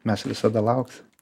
mes visada lauksim